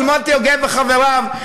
של מוטי יוגב וחבריו,